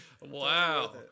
Wow